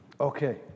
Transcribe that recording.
Okay